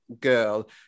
girl